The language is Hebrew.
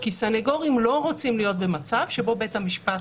כי סנגורים לא רוצים להיות במצב שבו בית המשפט